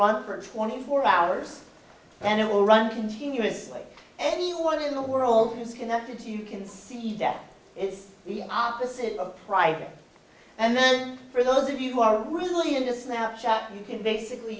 run for twenty four hours and it will run continuously anyone in the world is connected you can see that it's the opposite of right and then for those of you who are really into snap chat you can basically